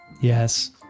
Yes